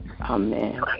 Amen